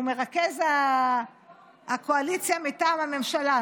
הוא מרכז הקואליציה מטעם הממשלה,